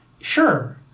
Sure